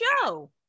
show